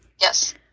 Yes